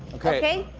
okay? okay.